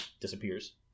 Disappears